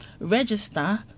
register